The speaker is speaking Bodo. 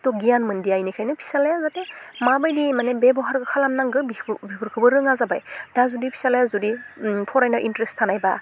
थह गियान मोनदिया इनिखायनो फिसालाया माबायदि माने बेबहारखो खालामनांगो बिखो बिफोरखौबो रोङा जाबाय दा जुदि फिसालाया जुदि फरायनाय इन्ट्रेस थानायबा